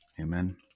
Amen